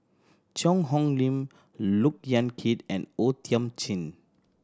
Cheang Hong Lim Look Yan Kit and O Thiam Chin